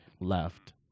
left